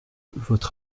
votre